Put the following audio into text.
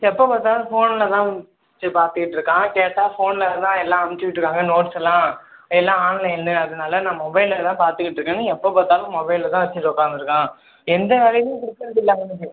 எப்போ பார்த்தாலும் ஃபோனில் தான் டீச்சர் பார்த்துட்ருக்கான் கேட்டால் ஃபோனில் தான் எல்லாம் அனுப்ச்சி விட்ருக்காங்க நோட்ஸ் எல்லாம் எல்லாம் ஆன்லைன் அதனால் நான் மொபைலில் தான் பாத்துகிட்ருக்கேன் எப்போ பார்த்தாலும் மொபைலை தான் வச்சுட்டு உட்காந்துருக்கான் எந்த வேலையுமே கொடுக்கறது இல்லை அவனுக்கு